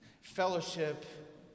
fellowship